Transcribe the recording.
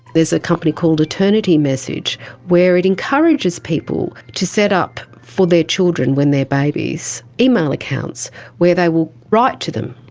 there's a company called eternity message where it encourages people to set up for their children when they are babies email accounts where they will write to them,